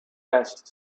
vest